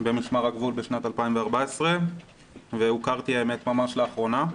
במשמר הגבול בשנת 2014 והוכרתי ממש לאחרונה.